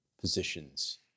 positions